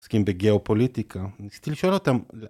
עוסקים בגאו פוליטיקה, ניסיתי לשאול אותם.